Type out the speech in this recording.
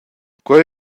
quei